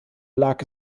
lag